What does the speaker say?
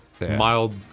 Mild